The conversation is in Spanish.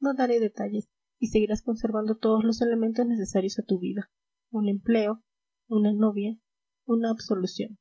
no daré detalles y seguirás conservando todos los elementos necesarios a tu vida un empleo una novia una absolución